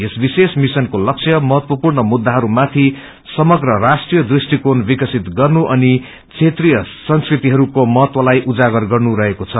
यस विशेष मिशनको लक्ष्य महत्वपूर्ण मुद्दाहरूमाथि समग्र राष्ट्रिय दृष्टिकोण विकसित गर्नु अनि क्षेत्रिय संस्कृतिहरूको महत्वलाई उजागर गर्नु रहेको छ